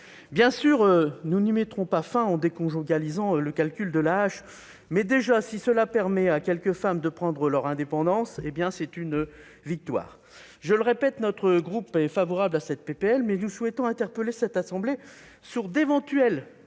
Bien sûr, nous n'y mettrons pas fin en déconjugalisant le calcul de l'AAH, mais, si cela permet déjà à quelques femmes de prendre leur indépendance, il s'agit d'une victoire. Je le répète, notre groupe est favorable à cette proposition de loi, mais nous souhaitons interpeller cette assemblée sur d'éventuels risques